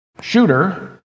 shooter